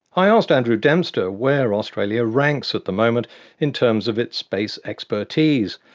i asked andrew dempster where australia ranks at the moment in terms of its space expertise.